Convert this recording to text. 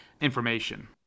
information